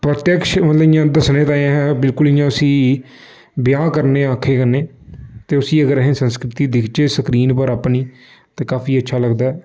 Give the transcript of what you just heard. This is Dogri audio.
प्रत्यक्ष ओह् इ'यां दस्सने ताईं अगर बिल्कूल इ'यां उसी ब्यां करने आक्खें करने ते उसी असें संस्कृति दिक्खचै स्क्रीन पर अपनी ते काफी अच्छा लगदा ऐ